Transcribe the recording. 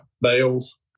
bales